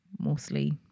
mostly